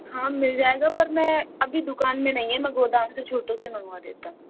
हाँ मिल जाएगा पर में अभी दुकान में नहीं है मैं अभी गोदाम से छोटू से मंगवा देता हूँ